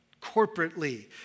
corporately